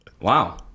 wow